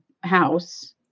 house